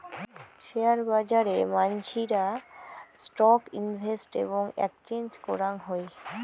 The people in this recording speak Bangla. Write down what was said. শেয়ার বাজারে মানসিরা স্টক ইনভেস্ট এবং এক্সচেঞ্জ করাং হই